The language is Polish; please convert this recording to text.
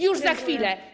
Już za chwilę.